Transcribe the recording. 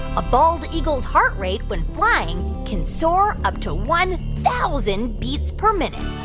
a bald eagle's heart rate when flying can soar up to one thousand beats per minute?